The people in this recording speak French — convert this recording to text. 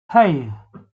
hey